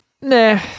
Nah